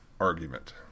argument